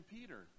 Peter